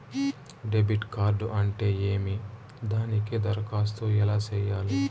debit card అంటే ఏమి దానికి దరఖాస్తు ఎలా సేయాలి